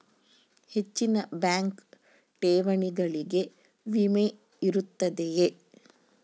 ಹೆಚ್ಚಿನ ಬ್ಯಾಂಕ್ ಠೇವಣಿಗಳಿಗೆ ವಿಮೆ ಇರುತ್ತದೆಯೆ?